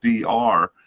DR